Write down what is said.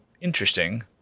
interesting